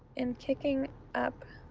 and kicking up